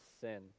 sin